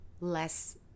less